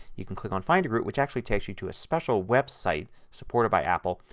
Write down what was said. you can click on find a group which actually takes you to a special website, supported by apple,